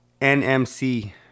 NMC